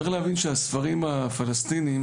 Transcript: צריך להבין שהספרים הפלסטינים